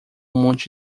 monte